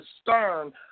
stern